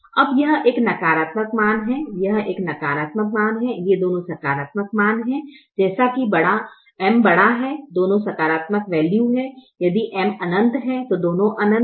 अब यह एक नकारात्मक मान है यह एक नकारात्मक मान है ये दोनों सकारात्मक मान हैं जैसा कि M बड़ा है दोनों सकारात्मक वैल्यू हैं यदि M अनंत है तो दोनों अनंत हैं